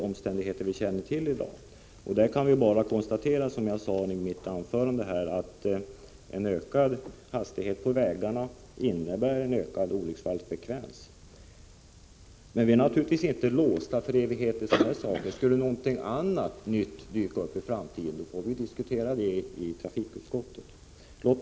Som jag sade tidigare kan vi konstatera att en ökad hastighet på vägarna innebär ökad olycksfallsfrekvens. Men vi är naturligtvis inte låsta för evigheter. Skulle någonting nytt dyka upp i framtiden får vi diskutera det i trafikutskottet.